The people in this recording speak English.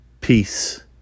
peace